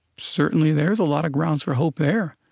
certainly there's a lot of grounds for hope there,